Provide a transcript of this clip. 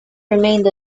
remained